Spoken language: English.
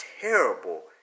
terrible